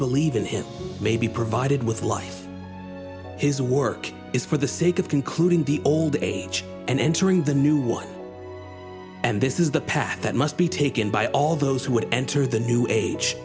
believe in it may be provided with life his work is for the sake of concluding the old age and entering the new one and this is the path that must be taken by all those who would enter the new age